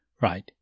Right